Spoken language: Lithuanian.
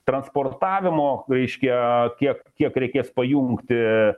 transportavimo reiškia tiek kiek reikės pajungti